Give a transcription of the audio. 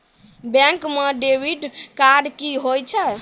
Bank म debit card की होय छै?